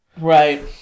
Right